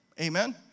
Amen